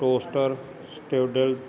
toaster strudels